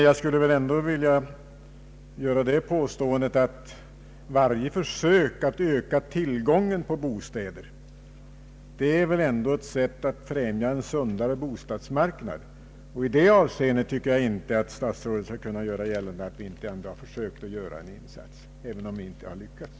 Jag vill i alla fall påstå att varje försök att öka tillgången på bostäder väl ändå är ett sätt att främja en sundare bostadsmarknad. Där anser jag inte att statsrådet skall kunna hävda att vi inte försökt göra en insats även om vi inte alltid har lyckats.